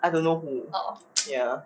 I don't know who ya